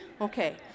Okay